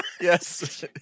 Yes